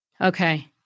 Okay